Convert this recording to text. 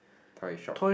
toy shop